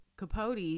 Capote